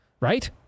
Right